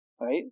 right